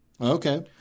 Okay